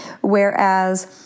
whereas